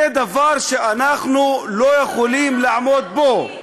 זה דבר שאנחנו לא יכולים לעמוד בו.